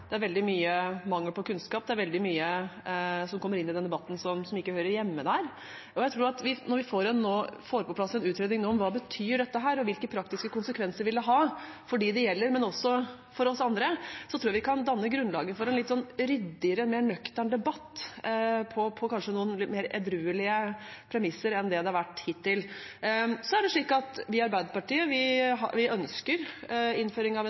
Det er veldig mye mangel på kunnskap. Det er veldig mye som kommer inn i den debatten, som ikke hører hjemme der. Jeg tror at når vi får på plass en utredning om hva dette betyr, og hvilke praktiske konsekvenser det vil ha for dem det gjelder, men også for oss andre, tror jeg vi kan danne grunnlaget for en ryddigere og mer nøktern debatt på kanskje noen mer edruelige premisser enn det det har vært hittil. Så er det slik at vi i Arbeiderpartiet ønsker innføring av en tredje kjønnskategori. Senterpartiet har ikke tatt stilling til det,